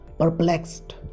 Perplexed